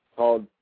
called